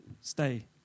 stay